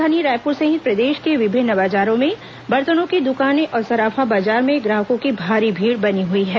राजधानी रायपुर सहित प्रदेश के विभिन्न बाजारों में बर्तनों की दुकानें और सराफा बाजार में ग्राहकों की भारी भीड़ बनी हई है